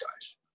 guys